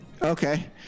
Okay